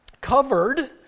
covered